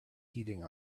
heating